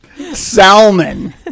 Salmon